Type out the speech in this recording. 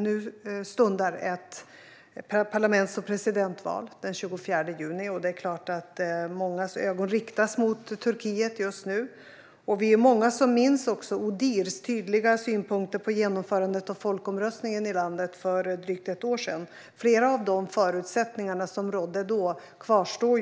Nu stundar ett parlaments och presidentval den 24 juni, och givetvis riktas mångas ögon mot Turkiet nu. Många av oss minns också Odihrs tydliga synpunkter på genomförandet av folkomröstningen i landet för drygt ett år sedan, och flera av de förutsättningar som rådde då kvarstår.